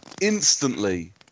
instantly